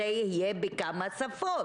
אנוש.